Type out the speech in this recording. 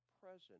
present